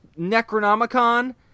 Necronomicon